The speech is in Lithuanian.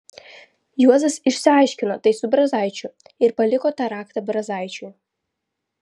juozas išsiaiškino tai su brazaičiu ir paliko tą raktą brazaičiui